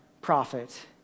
prophet